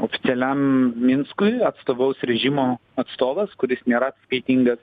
oficialiam minskui atstovaus režimo atstovas kuris nėra atskaitingas